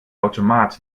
automat